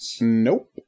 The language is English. Nope